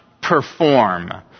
perform